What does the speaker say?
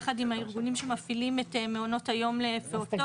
יחד עם הארגונים שמפעילים את מעונות היום לפעוטות,